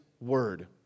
word